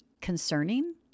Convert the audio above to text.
concerning